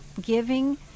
giving